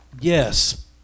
yes